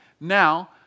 Now